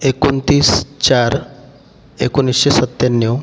एकोणतीस चार एकोणीसशे सत्त्याण्णव